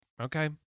okay